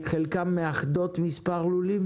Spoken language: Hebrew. חלקן מאחדות מספר לולים?